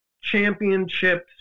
championships